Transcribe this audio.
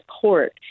court